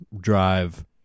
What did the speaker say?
drive